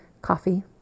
coffee